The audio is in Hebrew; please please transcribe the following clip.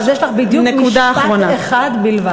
אז יש לך בדיוק משפט אחד בלבד.